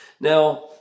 Now